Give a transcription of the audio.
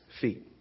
feet